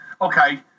okay